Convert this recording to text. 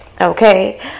Okay